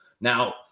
Now